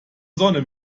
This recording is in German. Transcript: sonne